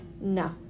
No